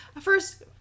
First